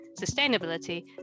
sustainability